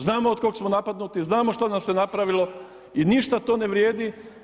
Znamo od kog smo napadnuti, znamo što nam se napravilo i ništa to ne vrijedi.